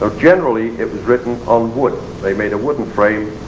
ah generally it was written on wood, they made a wooden frame,